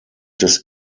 des